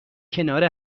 کنار